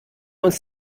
uns